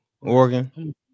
Oregon